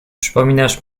przypominasz